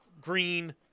Green